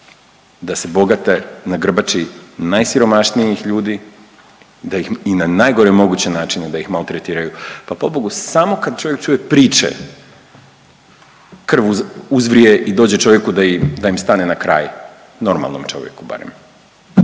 da se bogate na grbači najsiromašnijih ljudi, da ih i na najgore moguće načine da ih maltretiraju. Pa pobogu samo kad čovjek čuje priče krv uzvrije i dođe čovjeku da im stane na kraj, normalnom čovjeku barem.